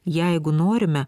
jeigu norime